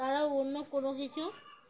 তারাও অন্য কোনো কিছু